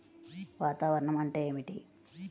వాతావరణం అంటే ఏమిటి?